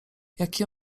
jaki